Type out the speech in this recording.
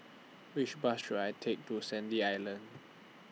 Which Bus should I Take to Sandy Island